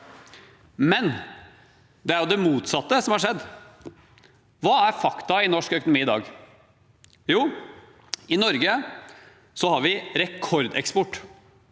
men det er jo det motsatte som har skjedd. Hva er fakta i norsk økonomi i dag? Jo, i Norge har vi rekordeksport.